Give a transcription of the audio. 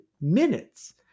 minutes